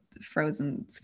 frozen